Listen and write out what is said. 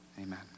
Amen